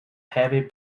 heavy